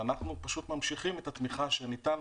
ואנחנו פשוט ממשיכים את התמיכה שניתנת